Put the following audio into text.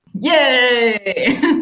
Yay